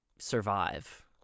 survive